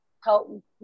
help